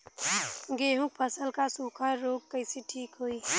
गेहूँक फसल क सूखा ऱोग कईसे ठीक होई?